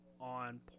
on